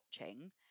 watching